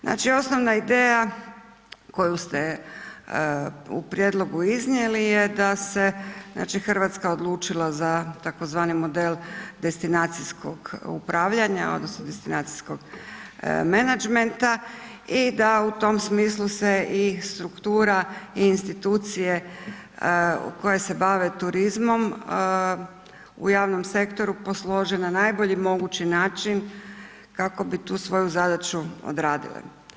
Znači, osnovna ideja koju ste u prijedlogu iznijeli da se, znači, RH odlučila za tzv. model destinacijskog upravljanja odnosno destinacijskog menadžmenta i da u tom smislu se i struktura i institucije koje se bave turizmom u javnom sektoru poslože na najbolji mogući način, kako bi tu svoju zadaću odradile.